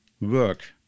work